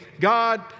God